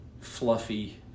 fluffy